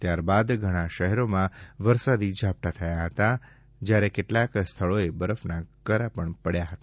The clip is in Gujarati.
ત્યારબાદ ઘણા શહેરોમાં વરસાદી ઝાંપટા થયા હતા જયારે કેટલાક સ્થળોએ બરફના કરા પડયા હતા